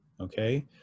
okay